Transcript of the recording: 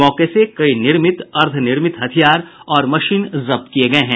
मौके से कई निर्मित अर्द्धनिर्मित हथियार और मशीन जब्त किये गये हैं